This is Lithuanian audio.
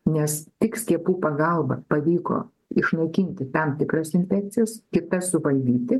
nes tik skiepų pagalba pavyko išnaikinti tam tikras infekcijas kitas suvaldyti